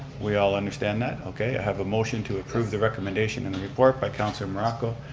we all understand that? okay, i have a motion to approve the recommendation and report by councilor morocco,